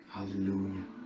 Hallelujah